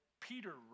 Peter